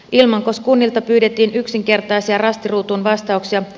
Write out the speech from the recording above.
ilmankos kunnilta pyydettiin yksinkertaisia rasti ruutuun vastauksia